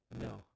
No